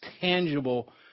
tangible